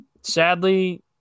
sadly